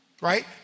right